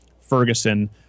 Ferguson